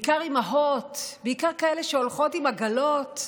אימהות, בעיקר כאלה שהולכות עם עגלות,